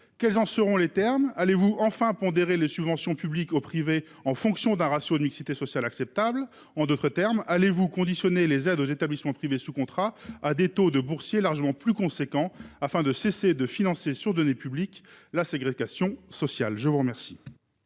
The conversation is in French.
quels en seront les termes, allez-vous enfin pondérer les subventions publiques au privé en fonction d'un ratio de mixité sociale acceptable en d'autres termes, allez-vous conditionner les aides aux établissements privés sous contrat à des taux de boursiers largement plus conséquents afin de cesser de financer sur données publiques la ségrégation sociale. Je vous remercie.